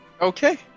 Okay